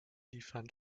liefern